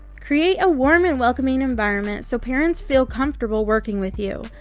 create a warm and welcoming environment so parents feel comfortable working with you.